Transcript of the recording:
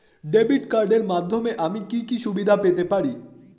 Debit কার্ডের মাধ্যমে আমি কি কি সুবিধা পেতে পারি?